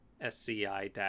SCI